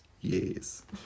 Yes